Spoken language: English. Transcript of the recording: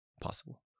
possible